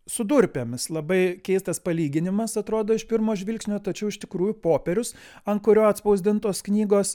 su durpėmis labai keistas palyginimas atrodo iš pirmo žvilgsnio tačiau iš tikrųjų popierius ant kurio atspausdintos knygos